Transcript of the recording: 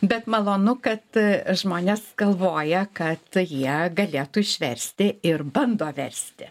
bet malonu kad žmonės galvoja kad jie galėtų išversti ir bando versti